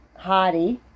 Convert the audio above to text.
hottie